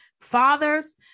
fathers